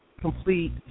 complete